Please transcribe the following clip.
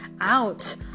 out